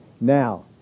now